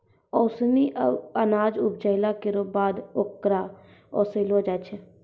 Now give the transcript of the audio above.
ओसौनी अनाज उपजाइला केरो बाद ओकरा ओसैलो जाय छै